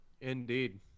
indeed